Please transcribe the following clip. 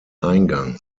eingang